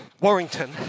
Warrington